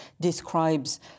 describes